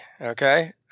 Okay